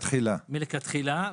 נמוך-רצפה,